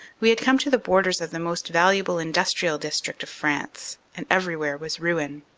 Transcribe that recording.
we had come to the borders of the most valuable industrial dis trict of france, and everywhere was ruin.